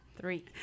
Three